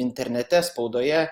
internete spaudoje